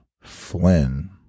Flynn